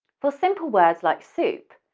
for simple words like soup,